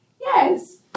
Yes